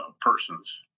person's